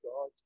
God